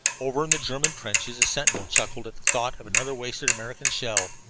over in the german trenches a sentinel chuckled at the thought of another wasted american shell,